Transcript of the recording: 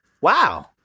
wow